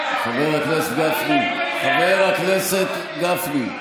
חבר הכנסת גפני,